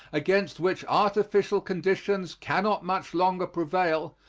against which artificial conditions cannot much longer prevail,